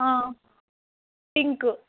pink